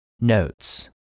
Notes